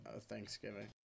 thanksgiving